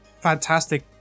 Fantastic